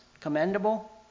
commendable